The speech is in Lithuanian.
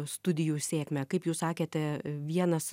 studijų sėkmę kaip jūs sakėte vienas